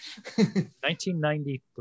1993